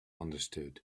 understood